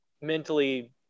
mentally